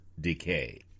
decay